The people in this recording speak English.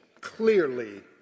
clearly